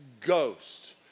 Ghost